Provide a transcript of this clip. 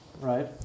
right